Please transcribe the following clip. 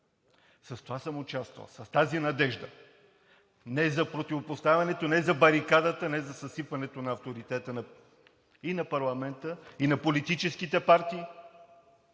надежда съм участвал, а не за противопоставянето, не за барикадата, не за съсипването на авторитета и на парламента, и на политическите партии,